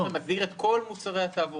סעיף 112 מסדיר את כל מוצרי התעבורה,